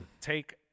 take